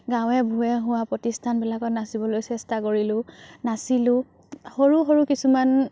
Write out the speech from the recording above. গাঁৱে ভূঞে হোৱা প্ৰতিষ্ঠানবিলাকত নাচিবলৈ চেষ্টা কৰিলোঁ নাচিলোঁ সৰু সৰু কিছুমান